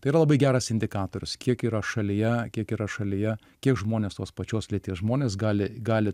tai yra labai geras indikatorius kiek yra šalyje kiek yra šalyje kiek žmonės tos pačios lyties žmonės gali gali